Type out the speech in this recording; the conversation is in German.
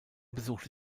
besuchte